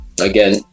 again